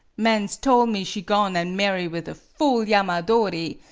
mans tole me she gone an' marry with a fool yamadori!